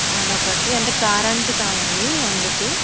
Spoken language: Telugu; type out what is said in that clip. అది ఒకటి అంటే కారానికి కావాలి అందుకు